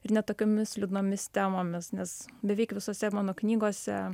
ir ne tokiomis liūdnomis temomis nes beveik visose mano knygose